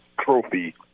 trophy